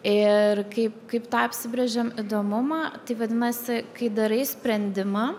ir kaip kaip tą apsibrėžėm įdomumą tai vadinasi kai darai sprendimą